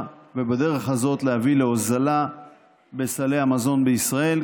ובדרך הזאת להביא להוזלה בסלי המזון בישראל.